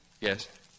Yes